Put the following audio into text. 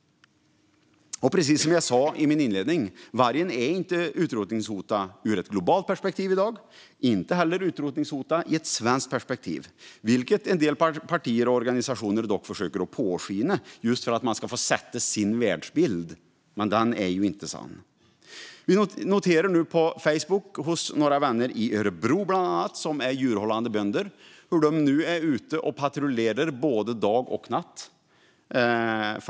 Precis som jag sa i min inledning är vargen i dag inte utrotningshotad ur ett globalt perspektiv. Inte heller är den utrotningshotad ur ett svenskt perspektiv, vilket en del partier och organisationer dock låter påskina just för att de ska få sätta sin världsbild. Men den är ju inte sann. Vi noterar nu på Facebook hur bland andra några vänner i Örebro som är djurhållande bönder är ute och patrullerar både dag och natt.